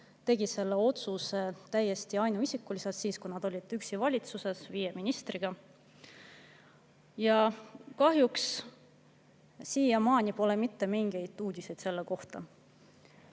tegi selle otsuse täiesti ainuisikuliselt siis, kui ta oli üksi valitsuses, viie ministriga. Ja kahjuks pole siiamaani mitte mingeid uudiseid selle kohta.